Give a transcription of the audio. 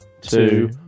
Two